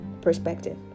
perspective